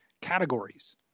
categories